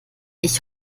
ich